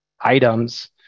items